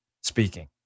speaking